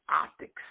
optics